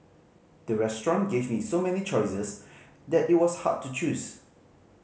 the restaurant gave me so many choices that it was hard to choose